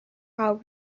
how